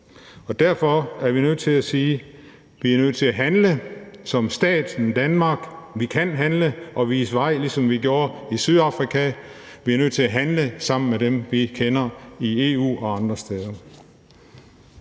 Derfor er vi nødt til at sige, at vi er nødt til at handle som stat, som Danmark. Vi kan handle og vise vej, ligesom vi gjorde i Sydafrika. Vi er nødt til at handle sammen med dem, vi kender, i EU og andre steder.